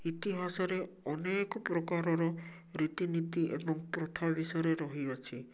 ଇତିହାସରେ ଅନେକ ପ୍ରକାରର ରୀତିନୀତି ଏବଂ ପ୍ରଥା ବିଷୟରେ ରହିଅଛି